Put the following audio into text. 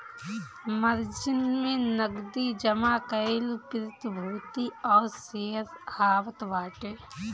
margin में नगदी जमा कईल प्रतिभूति और शेयर आवत बाटे